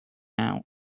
out